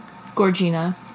Gorgina